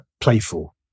playful